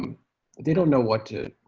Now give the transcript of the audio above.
they don't know what to